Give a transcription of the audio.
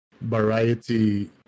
variety